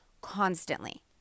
constantly